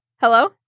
Hello